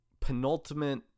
penultimate